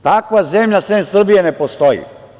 Takva zemlja, sem Srbije, ne postoji.